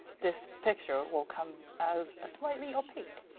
this picture will come as slightly opaque.